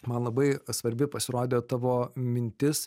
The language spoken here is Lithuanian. man labai svarbi pasirodė tavo mintis